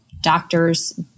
doctors